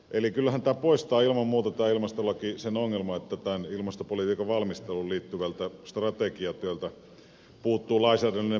kyllähän tämä ilmastolaki poistaa ilman muuta sen ongelman että tämän ilmastopolitiikan valmisteluun liittyvältä strategiatyöltä on puuttunut lainsäädännöllinen pohja tähän asti